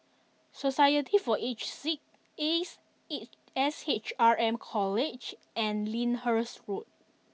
society for the Aged Sick Ace S H R M College and Lyndhurst school